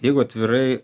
jeigu atvirai